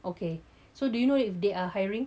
okay so do you know if they are hiring